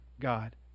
God